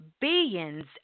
billions